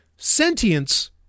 sentience